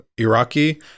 Iraqi